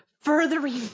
furthering